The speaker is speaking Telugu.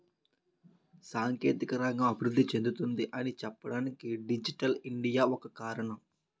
సాంకేతిక రంగం అభివృద్ధి చెందుతుంది అని చెప్పడానికి డిజిటల్ ఇండియా ఒక కారణం